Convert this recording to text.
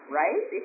right